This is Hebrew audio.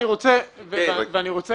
אני רוצה